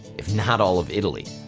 if not all of italy.